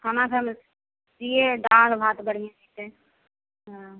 खाना सब छियै दाल भात बढ़िआँ छीकै हँ